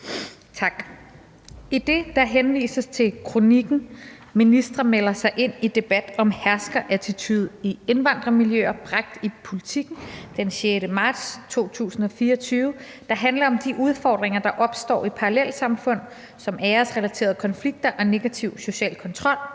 Idet der henvises til kronikken »Ministre melder sig ind i debat om herskerattitude i indvandrermiljøer« bragt i Politiken den 6. marts 2024, der handler om de udfordringer, der opstår i parallelsamfund, som æresrelaterede konflikter og negativ social kontrol,